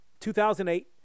2008